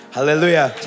Hallelujah